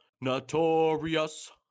Notorious